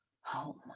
home